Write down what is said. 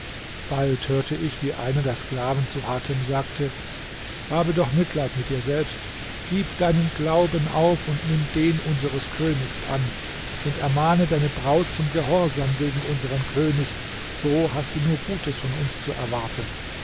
bald hörte ich wie einer der sklaven zu hatem sagte habe doch mitleid mit dir selbst gib deinen glauben auf und nimm den unseres königs an und ermahne deine braut zum gehorsam gegen unseren könig so hast du nur gutes von uns zu erwarten